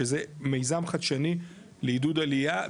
שזה מיזם חדשני לעידוד עלייה,